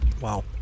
Wow